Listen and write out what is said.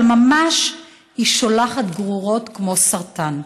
אבל היא ממש שולחת גרורות כמו סרטן.